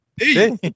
Hey